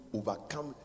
overcome